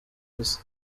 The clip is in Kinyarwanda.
isi